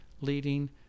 leading